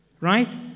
Right